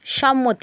সম্মতি